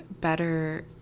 better